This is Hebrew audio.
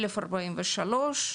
1,043,